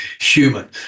human